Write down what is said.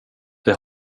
det